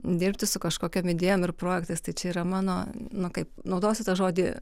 dirbti su kažkokiom idėjom ir projektais tai čia yra mano nu kaip naudosiu tą žodį